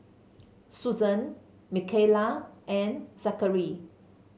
Susan Micayla and Zackary